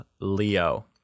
Leo